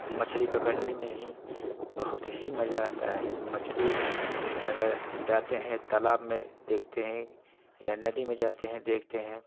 मछली पकड़ने में ही बहुत ही मज़ा आता है मछली अगर जाते हैं तालाब में देखते हैं या नदी में जाते हैं देखते हैं